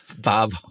Bob